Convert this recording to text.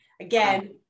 Again